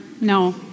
no